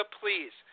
please